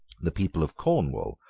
the people of cornwall,